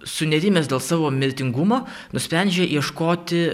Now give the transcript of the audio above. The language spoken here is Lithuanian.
sunerimęs dėl savo mirtingumo nusprendžia ieškoti